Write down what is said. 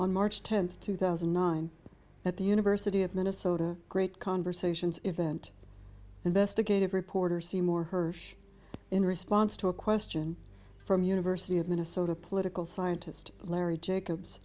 on march tenth two thousand and nine at the university of minnesota great conversations event investigative reporter seymour hersh in response to a question from university of minnesota political scientist larry jacob